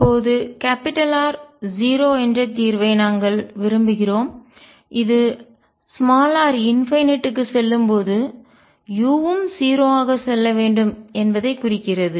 இப்போது Rr→∞→0 என்ற தீர்வை நாங்கள் விரும்புகிறோம் இது r →∞க்கு முடிவிலி செல்லும்போது u வும் 0 ஆக செல்ல வேண்டும் என்பதைக் குறிக்கிறது